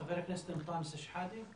חבר הכנסת מטאנס שחאדה.